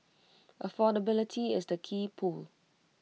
affordability is the key pull